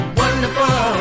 wonderful